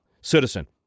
citizen